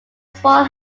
small